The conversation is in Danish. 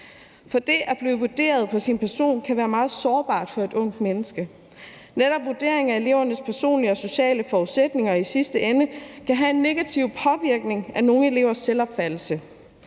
For det at blive vurderet på sin person kan være meget sårbart for et ungt menneske, og netop vurderingen af elevernes personlige og sociale forudsætninger kan i sidste ende have en negativ påvirkning af nogle elevers selvopfattelse.